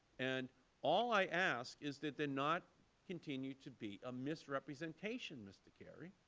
and all i ask is that there not continue to be a misrepresentation, mr. carey,